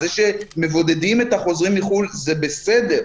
זה שמבודדים את החוזרים מחו"ל זה בסדר,